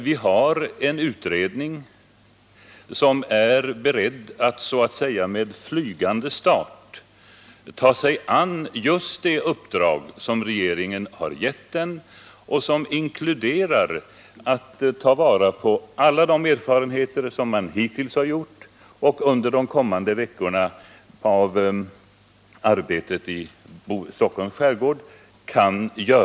Vi har en utredning som är beredd att så att säga med flygande start ta sig an det uppdrag som regeringen gett den och som inkluderar att man skall ta vara på alla de erfarenheter som hittills gjorts och som man under de kommande veckornas arbete i' Stockholms skärgård kan göra.